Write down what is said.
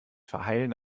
verheilen